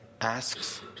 asks